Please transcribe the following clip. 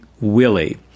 Willie